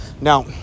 Now